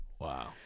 Wow